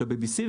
ה-BBC,